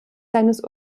seines